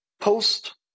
post